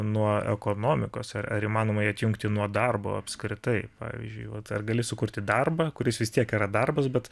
nuo ekonomikos ar ar įmanoma jį atjungti nuo darbo apskritai pavyzdžiui vat gali sukurti darbą kuris vis tiek yra darbas bet